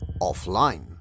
offline